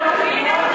מי לימד אותך לדבר,